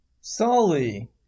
sully